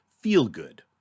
feel-good